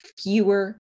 fewer